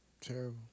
Terrible